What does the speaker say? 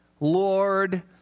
Lord